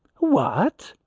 what,